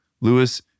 Lewis